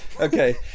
Okay